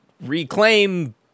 reclaim